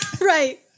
right